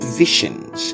visions